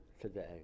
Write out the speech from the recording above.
today